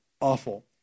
awful